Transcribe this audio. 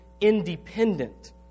independent